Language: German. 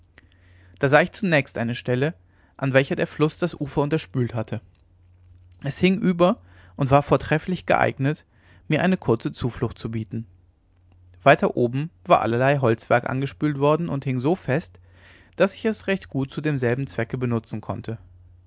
da sah ich zunächst eine stelle an welcher der fluß das ufer unterspült hatte es hing über und war vortrefflich geeignet mir eine kurze zuflucht zu bieten weiter oben war allerlei holzwerk angespült worden und hing so fest daß ich es recht gut zu demselben zwecke benutzen konnte